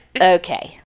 okay